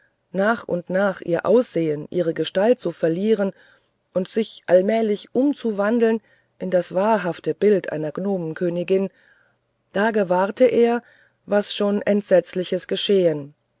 nach und nach ihr ansehen ihre gestalt zu verlieren und sich allmählich umzuwandeln in das wahrhafte bild einer gnomenkönigin da gewahrte er was schon entsetzliches geschehen